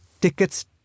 tickets